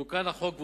תוקן החוק,